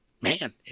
man